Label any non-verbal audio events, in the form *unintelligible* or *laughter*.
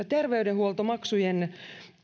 *unintelligible* terveydenhuoltomaksujen